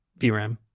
VRAM